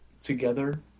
together